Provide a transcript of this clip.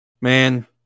Man